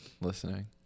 listening